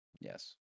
yes